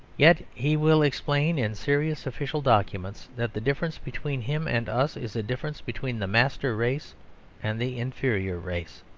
yet he will explain, in serious official documents, that the difference between him and us is a difference between the master-race and the inferior-race.